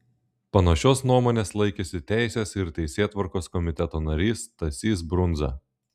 panašios nuomonės laikėsi teisės ir teisėtvarkos komiteto narys stasys brundza